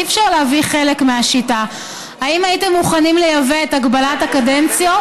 אי-אפשר להביא חלק מהשיטה: האם הייתם מוכנים לייבא את הגבלת הקדנציות,